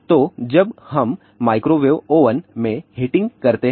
तो जब हम माइक्रोवेव ओवन में हीटिंग करते हैं